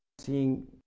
seeing